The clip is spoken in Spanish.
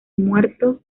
muerto